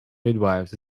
midwifes